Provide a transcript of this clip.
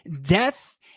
death